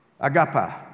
Agapa